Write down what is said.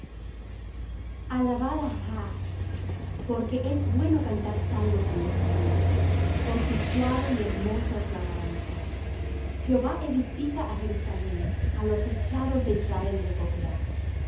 á jah porque es bueno cantar salmos á nuestro dios porque suave y hermosa es la alabanza jehová edifica á jerusalem a los echados de israel recogerá